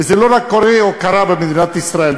וזה לא קורה או קרה רק במדינת ישראל,